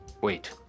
wait